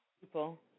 people